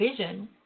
vision